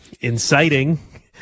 inciting